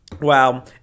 Wow